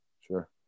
Sure